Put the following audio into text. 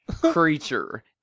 creature